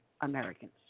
Americans